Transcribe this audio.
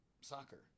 soccer